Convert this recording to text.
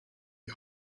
die